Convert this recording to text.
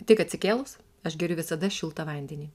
tik atsikėlus aš geriu visada šiltą vandenį